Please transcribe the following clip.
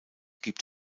gibt